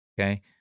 Okay